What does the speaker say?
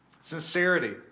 Sincerity